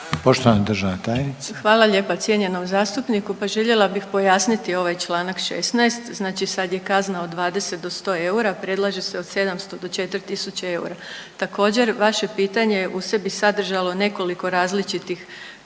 Vuksanović, Irena (HDZ)** Hvala lijepa cijenjeni zastupniče, pa željela bih pojasniti ovaj čl. 16., znači sad je kazna od 20 do 100 eura, predlaže se od 700 do 4 tisuće eura. Također vaše pitanje je u sebi sadržalo nekoliko različitih